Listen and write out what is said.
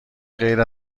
غیر